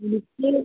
എനിക്ക്